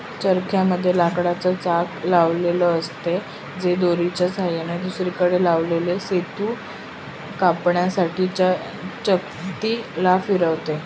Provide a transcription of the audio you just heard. चरख्या मध्ये लाकडाच चाक लावलेल असत, जे दोरीच्या सहाय्याने दुसरीकडे लावलेल सूत कातण्यासाठी च्या चकती ला फिरवते